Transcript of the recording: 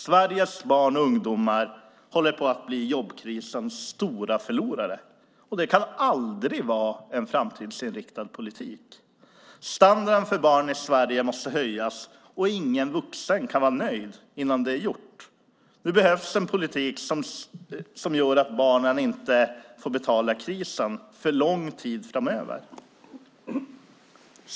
Sveriges barn och ungdomar håller på att bli jobbkrisens stora förlorare. Det kan aldrig vara en framtidsinriktad politik. Standarden för barn i Sverige måste höjas, och ingen vuxen kan vara nöjd innan det är gjort. Nu behövs en politik som gör att barnen inte får betala krisen för lång tid framöver.